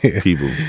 people